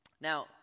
Now